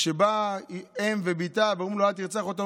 וכשבאה אם ובתה ואמרו לו: אל תרצח אותה,